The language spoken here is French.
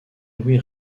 louis